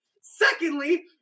Secondly